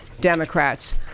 Democrats